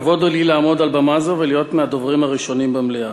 כבוד הוא לי לעמוד על במה זו ולהיות מהדוברים הראשונים במליאה.